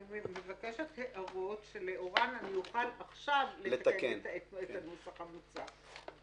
אני מבקשת הערות שלאורן אני אוכל עכשיו לתקן את הנוסח המוצע.